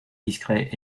discret